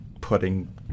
putting